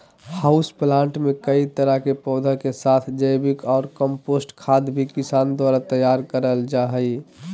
house plant मे कई तरह के पौधा के साथ जैविक ऑर कम्पोस्ट खाद भी किसान द्वारा तैयार करल जा हई